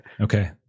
okay